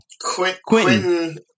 Quentin